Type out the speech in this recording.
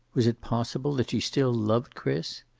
was it possible that she still loved chris?